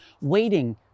waiting